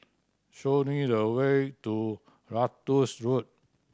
show me the way to Ratus Road